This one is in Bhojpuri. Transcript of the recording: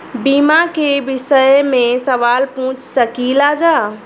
बीमा के विषय मे सवाल पूछ सकीलाजा?